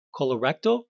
Colorectal